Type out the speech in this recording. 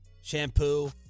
shampoo